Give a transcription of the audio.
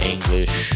English